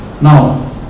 Now